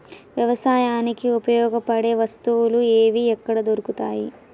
వ్యవసాయానికి ఉపయోగపడే వస్తువులు ఏవి ఎక్కడ దొరుకుతాయి?